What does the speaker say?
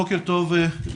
בוקר טוב לכולם.